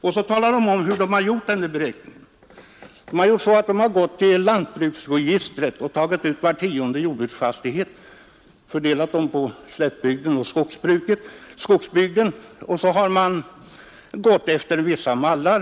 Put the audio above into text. Dessa beräkningar har utförts på så sätt att man genom lantbruksregistret tagit ut var tionde jordbruksfastighet, fördelade på slättbygden och skogsbygden. Därefter har man gått efter vissa mallar.